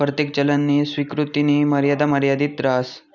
परतेक चलननी स्वीकृतीनी मर्यादा मर्यादित रहास